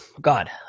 God